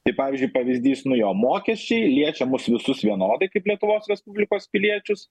tai pavyzdžiui pavyzdys nu jo mokesčiai liečia mus visus vienodai kaip lietuvos respublikos piliečius